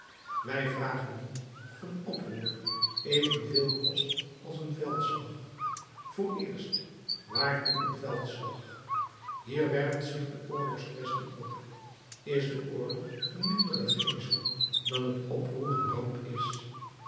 wij vragen niet of een oproer evenveel kost als een veldslag vooreerst waartoe een veldslag hier werpt zich de oorlogsquaestie op is de oorlog een mindere geesel dan het oproer een ramp is